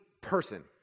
person